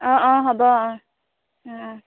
অঁ অঁ হ'ব অঁ অঁ অঁ